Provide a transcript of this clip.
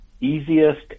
easiest